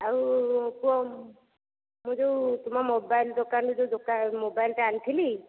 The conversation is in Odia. ଆଉ ପୁଅ ମୁଁ ଯେଉଁ ତୁମ ମୋବାଇଲ ଦୋକାନରୁ ଯେଉଁ ମୋବାଇଲଟା ଆଣିଥିଲି